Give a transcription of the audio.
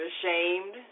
ashamed